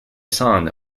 son